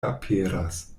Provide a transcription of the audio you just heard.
aperas